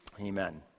Amen